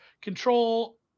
Control